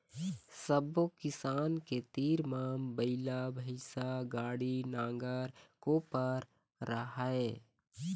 सब्बो किसान के तीर म बइला, भइसा, गाड़ी, नांगर, कोपर राहय